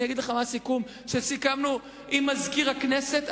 אני אגיד לך מה הסיכום שסיכמנו עם מזכיר הכנסת,